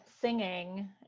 singing